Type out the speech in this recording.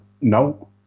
no